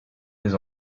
les